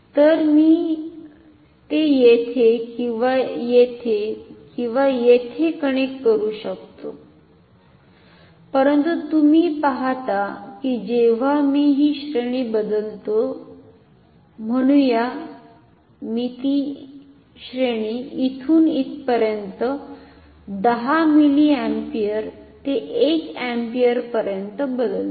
तर मी ते येथे किंवा येथे किंवा येथे कनेक्ट करू शकतो परंतु तुम्ही पाहता की जेव्हा मी ही श्रेणी बदलतो म्हणुया की मी ती श्रेणी इथुन इथेपर्यंत 100 मिलिअम्पियर ते 1 अँपिअर पर्यंत बदलतो